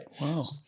Wow